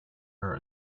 her